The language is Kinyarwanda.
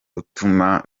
utuma